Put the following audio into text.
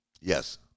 Yes